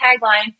tagline